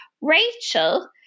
Rachel